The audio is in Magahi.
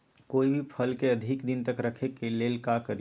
कोई भी फल के अधिक दिन तक रखे के लेल का करी?